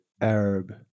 Arab